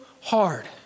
hard